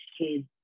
kids